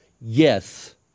yes